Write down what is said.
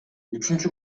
үчүнчү